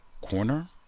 corner